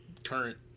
Current